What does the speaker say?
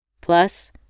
Plus